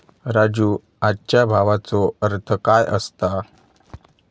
राजू, आजच्या भावाचो अर्थ काय असता?